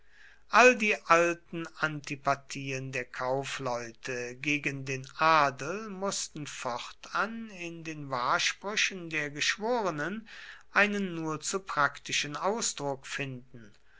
all die alten antipathien der kaufleute gegen den adel mußten fortan in den wahrsprüchen der geschworenen einen nur zu praktischen ausdruck finden